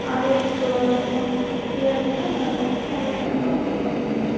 audio ಪುಸ್ತಕಗಳನ್ನು ಕೇಳಿಬಿಟ್ಟು ನಾನು ಸಲ್ಯೂಷನನ್ನ ಹುಡ್ಕೊತೀನಿ